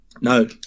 No